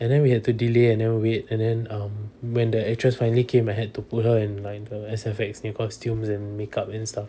and then we had to delay and then wait then um when the actress finally came I had to put her and line her S_F_X punya costumes and makeup and stuff